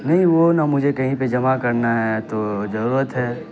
نہیں وہ نا مجھے کہیں پہ جمع کرنا ہے تو ضرورت ہے